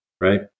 right